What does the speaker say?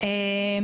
אורית,